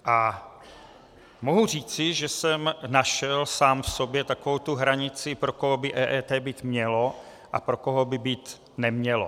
A mohu říci, že jsem našel sám v sobě takovou tu hranici, pro koho by EET být mělo a pro koho by být nemělo.